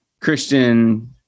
Christian